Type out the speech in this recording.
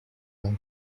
now